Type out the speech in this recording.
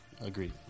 agreed